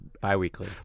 Bi-weekly